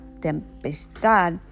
tempestad